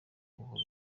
buhoro